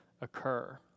occur